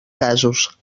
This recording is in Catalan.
casos